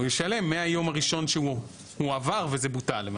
הוא ישלם מהיום הראשון שהוא הועבר וזה בוטל.